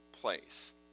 place